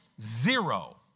Zero